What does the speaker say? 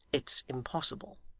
it's impossible